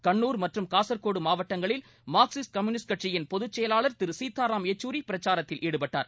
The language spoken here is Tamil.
கண்ணூர் மற்றும் காசர்கோடு மாவட்டங்களில் மார்க்சிஸ்ட் கம்யூனிஸ்ட் கட்சியின் பொதுச் செயலாளர் திரு சீதாராம் யெச்சூரி பிரச்சாரத்தில் ஈடுபட்டார்